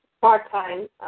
part-time